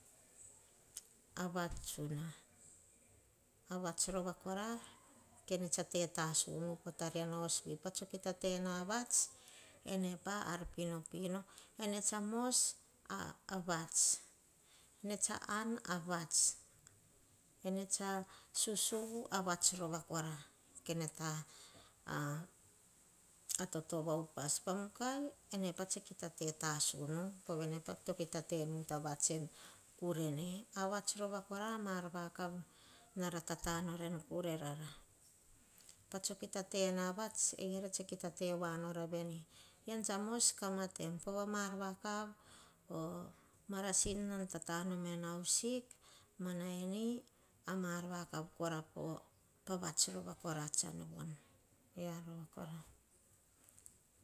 A vat tsuna. A vats rova karo kene tetasunu po tariano hos vi pa soh kita tena a vats, ene pa a ar pinopino. Ene tsa mos a vats ene tsa an a vats, ene tsa susuvu a vats rova kora, kene ta a toto va upas. Pa mukai ene pa tse kita tasunu, povene to kita tena ta vats en kurene. A vats rova kora, ma ar na ra tata norah en kure rara. Patso kita tena vats e-erah sta kita tevoa nora vene. Ean tsa mos kamatem pova me ar vakav, o marasin nom tatanom inu haus sik, mana inei ama ar vakav kora koa pa vats rova kora.